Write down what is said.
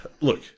look